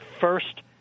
first